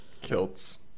kilts